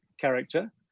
character